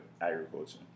agriculture